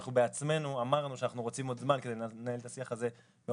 אנחנו בעצמנו אמרנו שאנחנו רוצים עוד זמן כדי לנהל את השיח הזה באופן